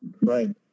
Right